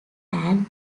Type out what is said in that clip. ann